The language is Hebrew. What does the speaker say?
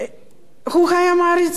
הוא היה מעריץ שלהם.